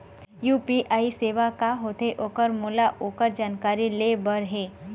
UPI सेवा का होथे ओकर मोला ओकर जानकारी ले बर हे?